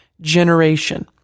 generation